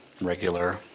regular